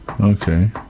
Okay